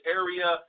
area